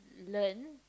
learn